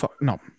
no